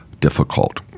difficult